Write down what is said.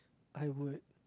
I would